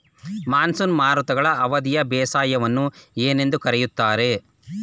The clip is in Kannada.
ಮಾನ್ಸೂನ್ ಮಾರುತಗಳ ಅವಧಿಯ ಬೇಸಾಯವನ್ನು ಏನೆಂದು ಕರೆಯುತ್ತಾರೆ?